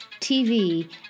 TV